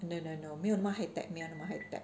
no no no 没有那么 high tech 没有那么 high tech